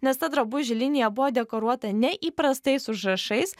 nes ta drabužių linija buvo dekoruota neįprastais užrašais